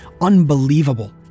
unbelievable